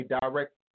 direct